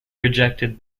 rejected